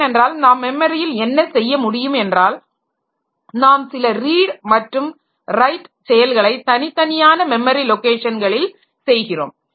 ஏனென்றால் நாம் மெமரியில் என்ன செய்ய முடியும் என்றால் நாம் சில ரீட் மற்றும் ரைட் செயல்களை தனித்தனியான மெமரி லொகேஷன்களில் செய்கிறோம்